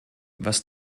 was